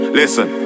listen